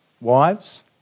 Wives